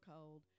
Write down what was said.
cold